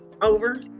over